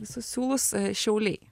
visus siūlus šiauliai